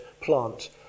plant